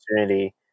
opportunity